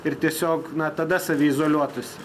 ir tiesiog na tada saviizoliuotųsi